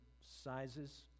sizes